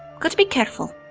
gotta be careful.